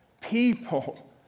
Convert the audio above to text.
people